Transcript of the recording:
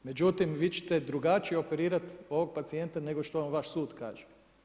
Međutim, vi ćete drugačije operirati ovog pacijenta nego što vam vaš sud kaže.